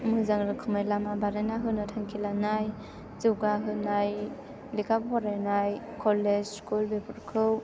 मोजां रोखोमै लामा बानायना होनो थांखि लानाय जौगाहोनाय लेखा फरायनाय कलेज स्कुल बेफोरखौ